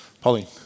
Pauline